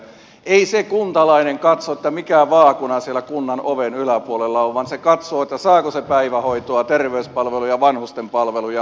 ei se kuntalainen katso mikä vaakuna siellä kunnan oven yläpuolella on vaan hän katsoo saako hän päivähoitoa terveyspalveluja vanhusten palveluja